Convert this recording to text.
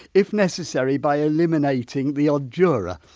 if necessary by eliminating the odd juror